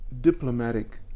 diplomatic